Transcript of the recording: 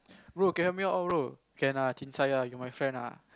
bro can help me out oh bro can ah chincai ah you my friend ah